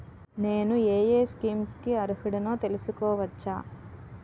నేను యే యే స్కీమ్స్ కి అర్హుడినో తెలుసుకోవచ్చా?